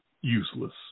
useless